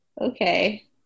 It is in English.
Okay